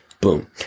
Boom